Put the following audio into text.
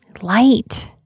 light